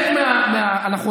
אז סליחה.